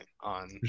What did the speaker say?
on